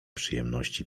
przyjemności